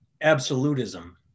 absolutism